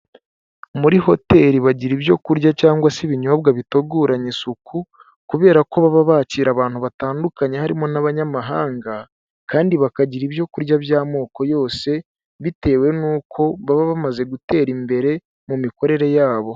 Muri hoteli bagira ibyo kurya cyangwa se ibinyobwa biteguranye isuku, kubera ko baba bakira abantu batandukanye harimo n'abanyamahanga, kandi bakagira ibyo kurya by'amoko yose, bitewe n'uko baba bamaze gutera imbere, mu mikorere yabo.